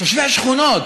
תושבי השכונות.